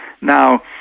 Now